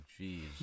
jeez